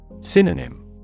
Synonym